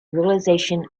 realization